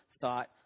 thought